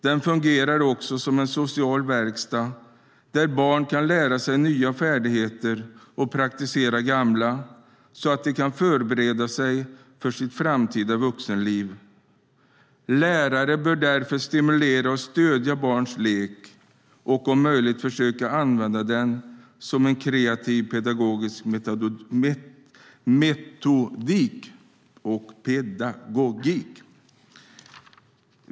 Den fungerar också som en social verkstad där barn kan lära sig nya färdigheter och praktisera gamla så att de kan förbereda sig för sitt framtida vuxenliv. Lärare bör därför stimulera och stödja barns lek och om möjligt använda den som en kreativ pedagogisk metodik.